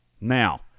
Now